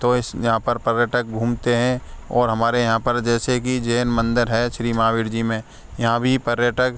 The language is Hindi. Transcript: तो इस जहाँ पर पर्यटक घूमते हैं और हमारे यहाँ पर जैसे कि जैन मंदर है श्री महावीर जी में यहाँ भी पर्यटक